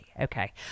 Okay